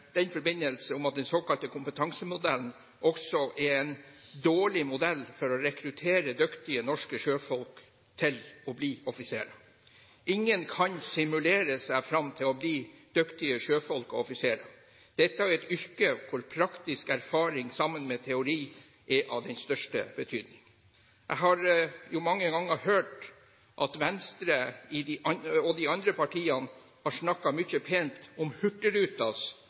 en dårlig modell for å rekruttere dyktige norske sjøfolk til å bli offiserer. Ingen kan simulere seg fram til å bli dyktige sjøfolk og offiserer. Dette er et yrke hvor praktisk erfaring sammen med teori er av den største betydning. Jeg har mange ganger hørt at Venstre og de andre partiene har sagt mye pent om